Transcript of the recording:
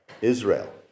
Israel